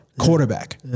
quarterback